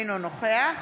אינו נוכח